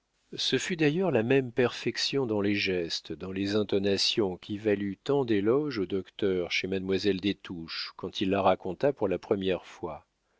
ce fut d'ailleurs la même perfection dans les gestes dans les intonations qui valut tant d'éloges au docteur chez mademoiselle des touches quand il la raconta pour la première fois